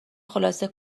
خلاصه